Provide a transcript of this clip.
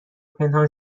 پنهان